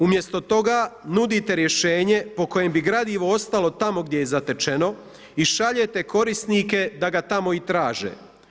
Umjesto toga nudite rješenje po kojem bi gradivo ostalo tamo gdje je zatečeno i šaljete korisnike da ga tamo i traže.